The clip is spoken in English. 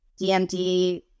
DMD